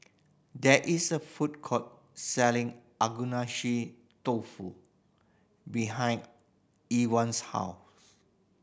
there is a food court selling Agedashi Dofu behind Irven's house